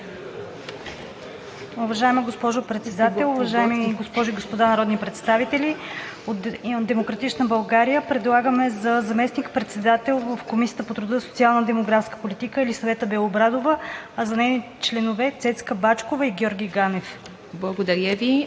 Уважаема госпожо Председател, уважаеми госпожи и господа народни представители! От „Демократична България“ предлагаме за заместник-председател в Комисията по труда, социалната и демографската политика Елисавета Белобрадова, а за членове: Цецка Бачкова и Георги Ганев.